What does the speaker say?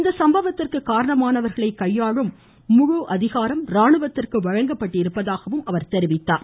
இந்த சம்பவத்திற்கு காரணமானவர்களை கையாளும் முழு அதிகாரம் ராணுவத்திற்கு வழங்கப்பட்டிருப்பதாகவும் அவர் தெரிவித்தார்